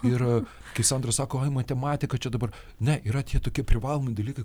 ir kai sandra sako oi matematika čia dabar ne yra tie tokie privalomi dalykai